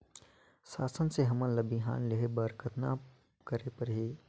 शासन से हमन ला बिहान लेहे बर कतना करे परही?